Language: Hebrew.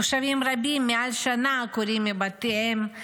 תושבים רבים קרועים מבתיהם מעל שנה.